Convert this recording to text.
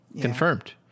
Confirmed